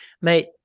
Mate